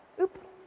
Oops